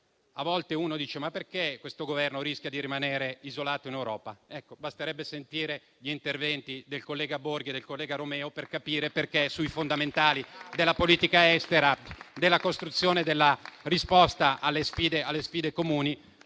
A volte uno dice: perché questo Governo rischia di rimanere isolato in Europa? Basterebbe sentire gli interventi del collega Borghi e del collega Romeo sui fondamentali della politica estera, della costruzione e della risposta alle sfide comuni,